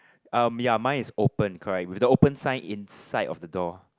um ya mine is open correct with the open sign inside of the door